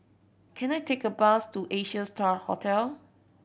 can I take a bus to Asia Star Hotel